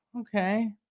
okay